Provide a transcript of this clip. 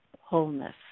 wholeness